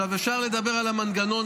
אפשר לדבר על המנגנון,